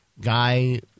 guy –